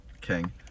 king